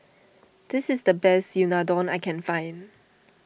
this is the best Unadon I can find